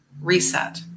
reset